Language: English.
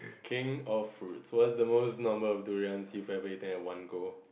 king of fruits what's the most number of durians you have ever eaten at one go